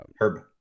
Herb